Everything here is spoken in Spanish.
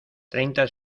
treinta